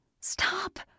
Stop